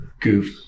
Goof